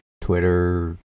Twitter